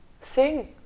Sing